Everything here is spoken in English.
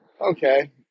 Okay